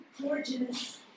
gorgeous